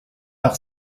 par